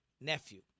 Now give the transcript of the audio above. nephew